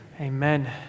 amen